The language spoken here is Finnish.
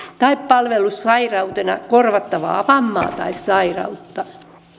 tai palvelussairautena korvattavaa vammaa tai sairautta